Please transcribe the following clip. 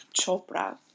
Chopra